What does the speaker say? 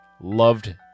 loved